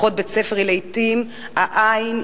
אחות בית-ספר היא לעתים העין,